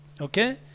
Okay